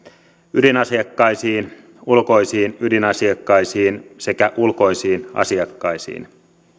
ydinasiakkaisiin ulkoisiin ydinasiakkaisiin sekä ulkoisiin asiakkaisiin